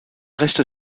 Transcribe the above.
reste